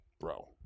bro